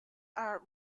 are